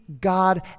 God